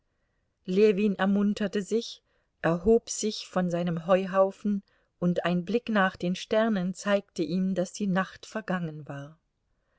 ljewin ermunterte sich erhob sich von seinem heuhaufen und ein blick nach den sternen zeigte ihm daß die nacht vergangen war